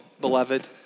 beloved